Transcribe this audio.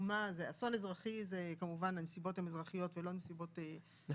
אסון אזרחי אומר שהנסיבות הן אזרחיות ולא צבאיות,